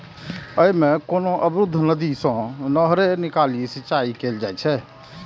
अय मे कोनो अवरुद्ध नदी सं नहरि निकालि सिंचाइ कैल जाइ छै